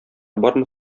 бармы